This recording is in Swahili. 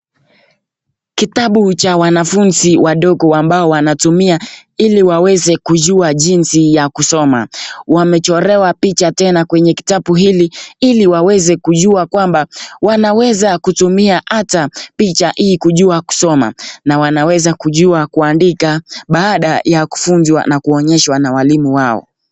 Kitabu cha wanafunzi wadogo, ambayo wanatumia ili waweze kujua jinsi ya kusoma. Wamechorewa picha tena kwenye kitabu ili waweze kujua kwamba wanaweza kutumia hata picha hii kujua kusoma. Na wanaweza kujua kuandika, baada ya kufunzwa na kuonyeshwa na walimu wao.